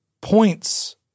points